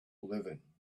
living